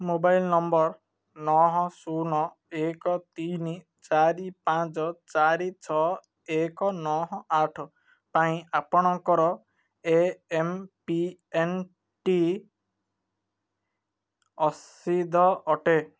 mobile number ନଅ ଶୂନ ଏକ ତିନି ଚାରି ପାଞ୍ଚ ଚାରି ଛଅ ଏକ ନଅ ଆଠ ପାଇଁ ଆପଣଙ୍କର ଏମ୍ପିନ୍ଟି ଅଟେ